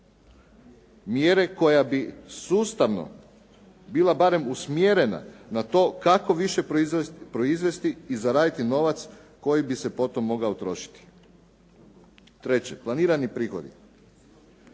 mjere koja bi sustavno bila barem usmjerena na to kako više proizvesti i zaraditi novac koji bi se potom mogao trošiti. Treće, planirani prihodi.